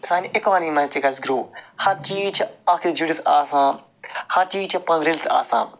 سانہِ اکانمی مَنٛز تہِ گَژھِ گرو ہر چیٖز چھُ اتھ سۭتۍ جُڑِتھ آسان ہر چیٖز چھُ پانہٕ رٔلِتھ تہِ آسان